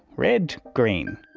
red, green.